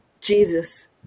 Jesus